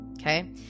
okay